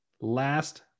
last